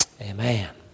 Amen